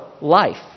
life